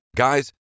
Guys